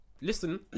Listen